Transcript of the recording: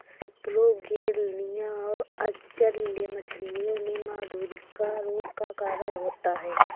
सेपरोगेलनिया और अचल्य मछलियों में मधुरिका रोग का कारण होता है